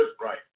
right